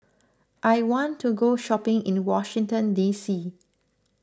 I want to go shopping in Washington D C